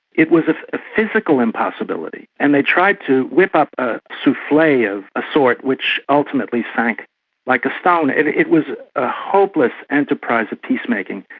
it was a physical impossibility and they tried to whip up a souffle of a sort which ultimately sank like a stone. it it was a hopeless enterprise of peacemaking.